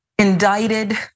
Indicted